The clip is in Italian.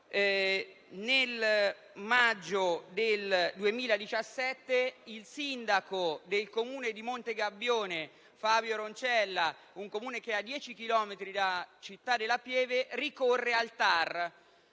Nel maggio del 2017 il sindaco del Comune di Montegabbione, Fabio Roncella, un Comune che è a 10 chilometri da Città della Pieve, ricorre al TAR,